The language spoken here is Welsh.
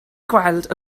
gweld